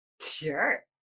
Sure